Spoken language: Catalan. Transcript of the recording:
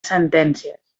sentències